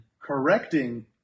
correcting